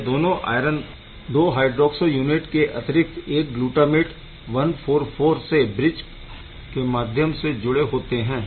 यह दोनों iron 2 hydroxo unit के अतिरिक्त एक ग्लूटामेट 144 से ब्रिज के माध्यम से जुड़े होते है